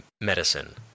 medicine